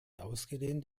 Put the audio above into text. ausgedehnt